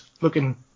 looking